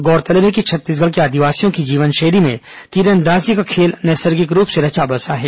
गौरतलब है कि छत्तीसगढ़ के आदिवासियों की जीवनशैली में तीरंदाजी का खेल नैसर्गिक रूप से रचा बसा है